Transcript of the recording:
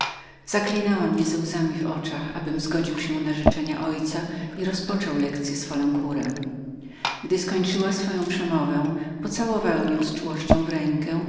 zaklinała mnie ze łzami w oczach abym zgodził się na życzenia mego ojca i rozpoczął lekcye z folencourem gdy skończyła swoją przemowę pocałowałem ją z czułością w rękę